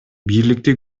бийликти